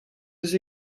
eus